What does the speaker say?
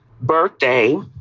birthday